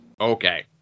Okay